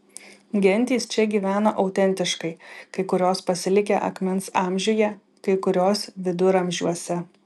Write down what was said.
gentys čia gyvena autentiškai kai kurios pasilikę akmens amžiuje kai kurios viduramžiuose